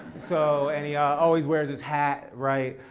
so and he ah always wears his hat, right?